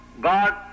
God